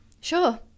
Sure